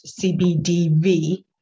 CBDV